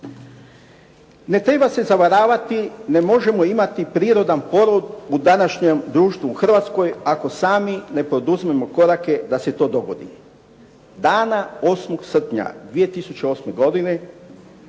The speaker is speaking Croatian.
Ne treba se zavaravati, ne možemo imati prirodan porod u današnjem društvu u Hrvatskoj ako sami ne poduzmemo korake da se to dogodi. Dana 8. srpnja 2008. godine